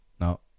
No